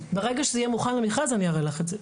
ברגע שזה יהיה מוכן למכרז, אני אראה לך את זה.